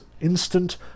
instant